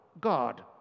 God